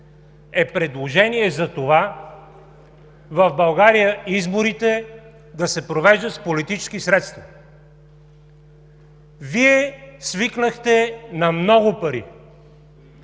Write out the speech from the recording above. е предложение за това изборите в България да се провеждат с политически средства. Вие свикнахте на много пари,